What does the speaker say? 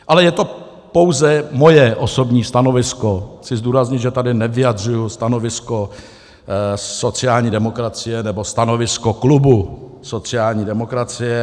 Ale je to pouze moje osobní stanovisko, chci zdůraznit, že tady nevyjadřuji stanovisko sociální demokracie nebo stanovisko klubu sociální demokracie.